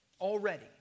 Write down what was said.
already